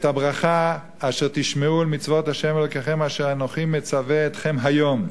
את הברכה אשר תשמעו אל מצוות ה' אלוקים אשר אנוכי מצווה אתכם היום.